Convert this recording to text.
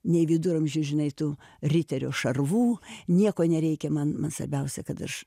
nei viduramžių žinai tu riterio šarvų nieko nereikia man nuostabiausia kad aš